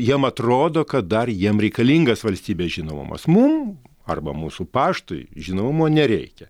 jiem atrodo kad dar jiem reikalingas valstybės žinomas mum arba mūsų paštui žinomumo nereikia